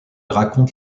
raconte